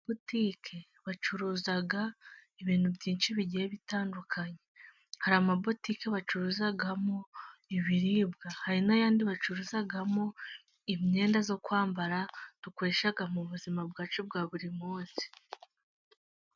Butike bacuruza ibintu byinshi bigiye bitandukanye; hari amabutike bacuruzamo ibiribwa, hari n' ayandi bacuruzamo imyenda zo kwambara, dukoresha mu buzima bwacu bwa buri munsi.